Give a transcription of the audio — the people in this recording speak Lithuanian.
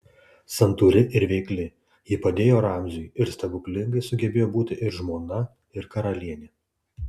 santūri ir veikli ji padėjo ramziui ir stebuklingai sugebėjo būti ir žmona ir karalienė